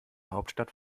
hauptstadt